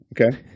Okay